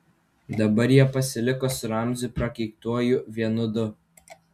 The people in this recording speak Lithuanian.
dabar jie pasiliko su ramziu prakeiktuoju vienu du